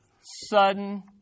sudden